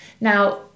now